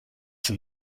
sind